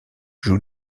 joue